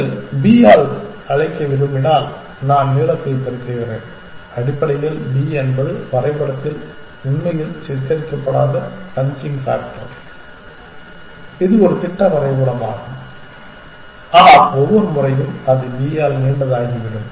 நீங்கள் அதை b ஆல் அழைக்க விரும்பினால் நான் நீளத்தை பெருக்குகிறேன் அடிப்படையில் b என்பது வரைபடத்தில் உண்மையில் சித்தரிக்கப்படாத பஞ்சிங் பாக்டர் இது ஒரு திட்ட வரைபடமாகும் ஆனால் ஒவ்வொரு முறையும் அது b ஆல் நீண்டதாகிவிடும்